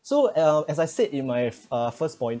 so uh as I said in my uh first point